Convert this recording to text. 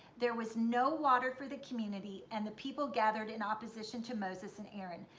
there was no water for the community and the people gathered in opposition to moses and aaron.